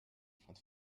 font